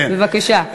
בבקשה.